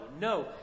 no